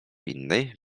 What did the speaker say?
innej